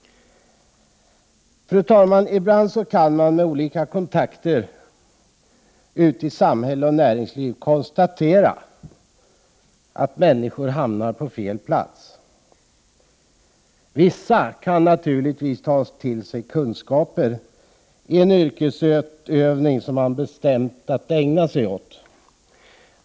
Fru talman! Ibland kan man med olika kontakter ute i samhälle och näringsliv konstatera att människor hamnar på fel plats. Vissa kan naturligtvis ta till sig kunskaper i en yrkesutövning som de bestämt att ägna sig åt.